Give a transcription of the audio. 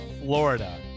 Florida